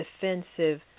defensive